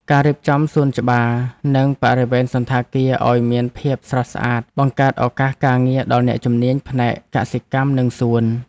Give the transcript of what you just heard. ការរៀបចំសួនច្បារ និងបរិវេណសណ្ឋាគារឱ្យមានភាពស្រស់ស្អាតបង្កើតឱកាសការងារដល់អ្នកជំនាញផ្នែកកសិកម្ម និងសួន។